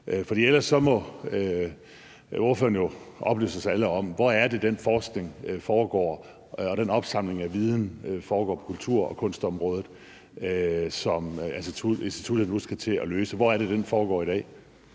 For ellers må ordføreren jo oplyse os alle om, hvor det er, at den forskning foregår, og den opsamling af viden foregår på kultur- og kunstområdet, som instituttet nu skal til at foretage. Hvor er det, at den foregår i dag?